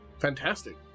fantastic